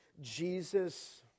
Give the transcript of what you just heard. Jesus